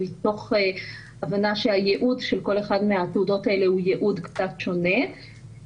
מתוך הבנה שהייעוד של כל אחד מהתעודות הוא ייעוד קצת שנה,